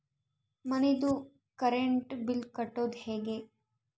ಮನಿದು current bill ಕಟ್ಟೊದು ಹೇಗೆ?